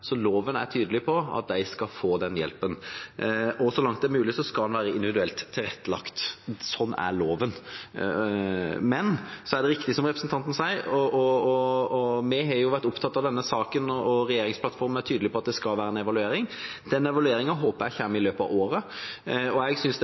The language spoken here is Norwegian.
Så loven er tydelig på at de skal få den hjelpen, og så langt det er mulig skal den være individuelt tilrettelagt. Sånn er loven. Men det er riktig som representanten sier – vi har jo vært opptatt av denne saken, og regjeringsplattformen er tydelig på – at det skal være en evaluering. Den evalueringen håper jeg